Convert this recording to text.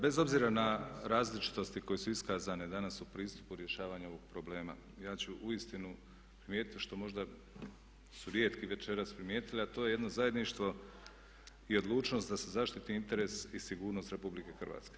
Bez obzira na različitosti koje su iskazane danas u pristupu rješavanja ovog problema, ja ću uistinu primijetiti što možda su rijetki večeras primijetili a to je jedno zajedništvo i odlučnost da se zaštiti interes i sigurnost RH.